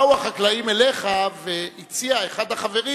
באו החקלאים אליך, והציע אחד החברים: